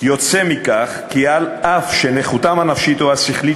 יוצא מכך כי אף שנכותם הנפשית או השכלית